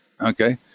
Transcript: okay